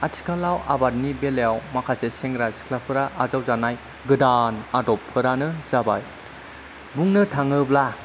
आथिखालाव आबादनि बेलायाव माखासे सेंग्रा सिख्लाफोरा आजावजानाय गोदान आदबफोरानो जाबाय बुंनो थाङोब्ला